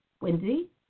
Wendy